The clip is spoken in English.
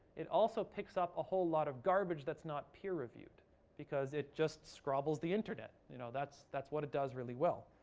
it also picks up a whole lot of garbage that's not peer reviewed because it just scrabbles the internet, you know? that's that's what it does really well.